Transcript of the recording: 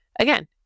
again